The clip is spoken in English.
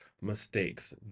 mistakes